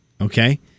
okay